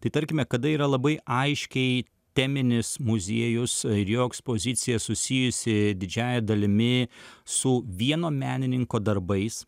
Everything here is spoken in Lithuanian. tai tarkime kada yra labai aiškiai teminis muziejus ir jo ekspozicija susijusi didžiąja dalimi su vieno menininko darbais